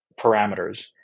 parameters